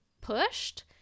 pushed